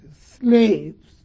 slaves